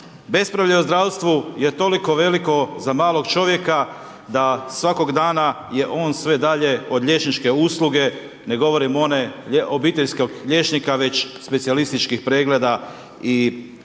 Bespravlje u zdravstvu je toliko veliko za malog čovjeka da svakog dana je on sve dalje od liječničke usluge, ne govorim one obiteljskog liječnika već specijalističkih pregleda i